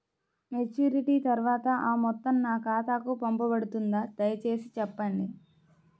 Maturity తర్వాత ఆ మొత్తం నా ఖాతాకు పంపబడుతుందా? దయచేసి చెప్పండి?